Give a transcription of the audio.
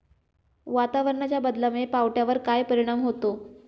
वातावरणाच्या बदलामुळे पावट्यावर काय परिणाम होतो?